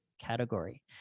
category